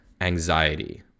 anxiety